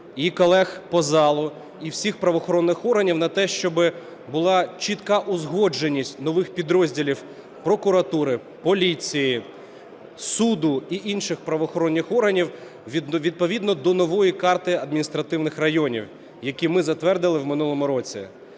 і колег по залу, і всіх правоохоронних органів на те, щоби була чітка узгодженість нових підрозділів прокуратури, поліції, суду і інших правоохоронних органів відповідно до нової карти адміністративних районів, які ми затвердили в минулому році.